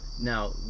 Now